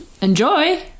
Enjoy